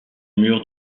murs